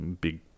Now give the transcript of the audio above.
Big